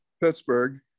Pittsburgh